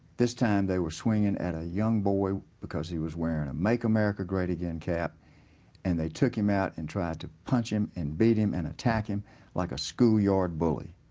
this time they were swinging at a young boy because he was wearing a make america great again cap and they took him out and tried to punch him and beat him and attack him like a schoolyard bully.